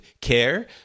care